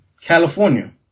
California